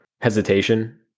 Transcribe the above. hesitation